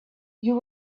you